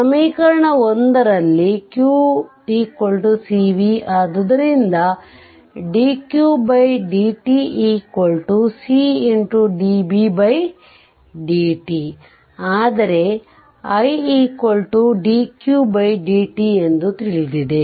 ಸಮೀಕರಣ 1 ರಲ್ಲಿ q cv ಆದ್ದರಿಂದ dq dt c db dt ಆದರೆ i dq dt ಎಂದು ತಿಳಿದಿದೆ